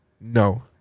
No